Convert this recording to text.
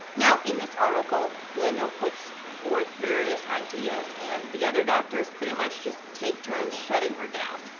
now, in this article lindo puts forth various ideas and the other doctors pretty much just take turns shutting her down.